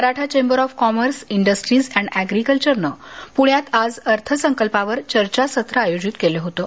Maratha chamber of commerce industries and ऍग्रीकल्चरनं पूण्यात आज अर्थसंकल्पावर चर्चासत्र आयोजित केलं होतं